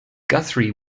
guthrie